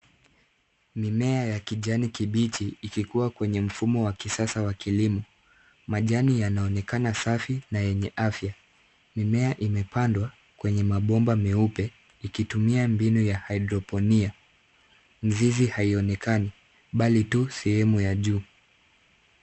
Mimea ya kijani kibichi ikikua kwenye mfumo wa kisasa wa kilimo. Majani yanaonekana safi na yenye afya. Mimea imepandwa kwenye mabomba meupe ikitumia mbinu ya hydroponic .Mizizi haionekani bali tu sehemu ya juu.